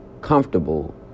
comfortable